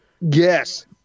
yes